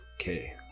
okay